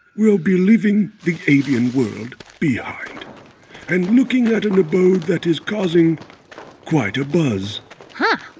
we'll be leaving the avian world behind and looking at an abode that is causing quite a buzz huh.